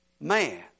man